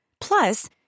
Plus